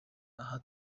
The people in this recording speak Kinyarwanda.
aha